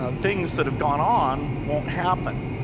ah things that have gone on, won't happen.